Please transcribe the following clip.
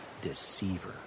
Deceiver